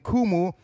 Kumu